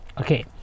Okay